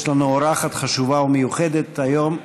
יש לנו אורחת חושב ומיוחדת היום,